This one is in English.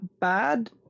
bad